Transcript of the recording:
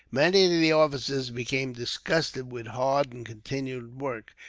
many of the officers became disgusted with hard and continuous work,